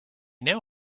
now